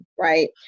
Right